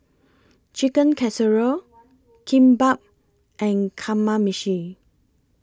Chicken Casserole Kimbap and Kamameshi